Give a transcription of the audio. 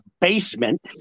basement